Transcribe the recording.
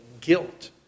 guilt